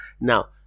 Now